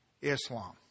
Islam